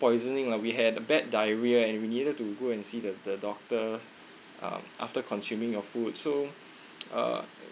poisoning lah we had a bad diarrhoea and we needed to go and see the the doctors um after consuming your food so uh